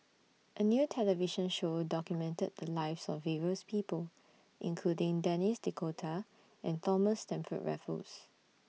A New television Show documented The Lives of various People including Denis D'Cotta and Thomas Stamford Raffles